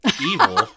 evil